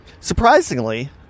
surprisingly